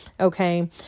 Okay